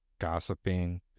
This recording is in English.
gossiping